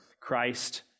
Christ